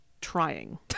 trying